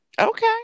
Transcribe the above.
Okay